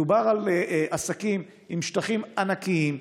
מדובר על עסקים עם שטחים ענקיים,